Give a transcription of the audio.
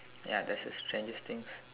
ya that's the strangest things